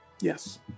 yes